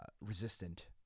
resistant